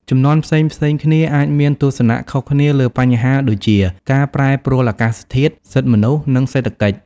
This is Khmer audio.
ជំនាន់ផ្សេងៗគ្នាអាចមានទស្សនៈខុសគ្នាលើបញ្ហាដូចជាការប្រែប្រួលអាកាសធាតុ សិទ្ធិមនុស្ស និងសេដ្ឋកិច្ច។